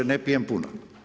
Ne pijem puno.